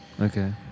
Okay